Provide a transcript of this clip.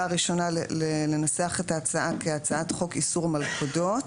הראשונה לנסח את ההצעה כהצעת חוק איסור מלכודות,